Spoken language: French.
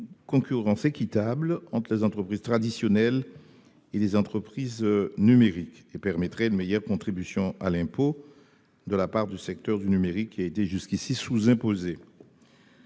concurrence équitable entre les entreprises traditionnelles et les entreprises numériques et permettrait une meilleure contribution à l'impôt de la part du secteur du numérique, qui a été jusqu'ici sous-imposé